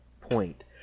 point